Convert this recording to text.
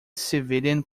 civilian